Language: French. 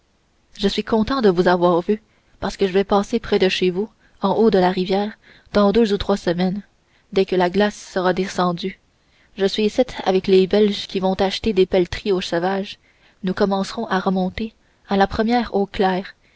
je suis content de vous avoir vu parce que je vais passer près de chez vous en haut de la rivière dans deux ou trois semaines dès que la glace sera descendue je suis icitte avec des belges qui vont acheter des pelleteries aux sauvages nous commencerons à remonter à la première eau claire